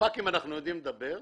בחפ"קים אנחנו יודעים לדבר,